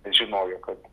žinojo kad